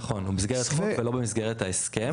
נכון הוא במסגרת חוק ולא במסגרת ההסכם.